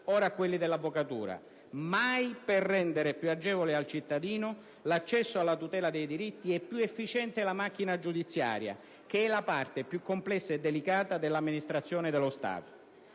ora a quelli dell'avvocatura, mai per rendere più agevole al cittadino l'accesso alla tutela dei diritti e più efficiente la macchina giudiziaria che è la parte più complessa e delicata dell'amministrazione dello Stato.